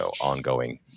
ongoing